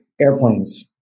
airplanes